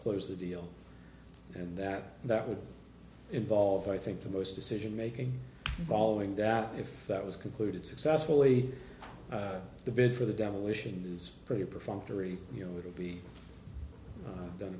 close the deal and that that would involve i think the most decision making following that if that was concluded successfully the bids for the demolition news pretty perfunctory you know it'll be done